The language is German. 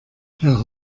herr